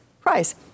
price